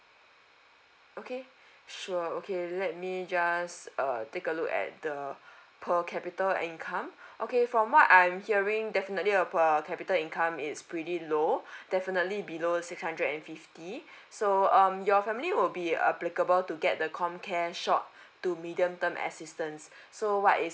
okay sure okay let me just uh take a look at the per capita income okay from what I'm hearing definitely your per capita income is pretty low definitely below six hundred and fifty so um your family will be applicable to get the com care short to medium term assistance so what is